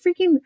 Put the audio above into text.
freaking